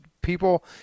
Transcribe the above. people